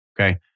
Okay